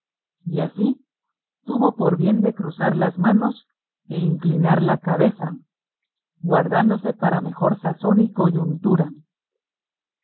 y así tuvo por bien de cruzar las manos e inclinar la cabeza guardándose para mejor sazón y coyuntura